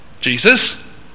Jesus